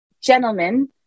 gentlemen